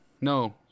No